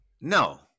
No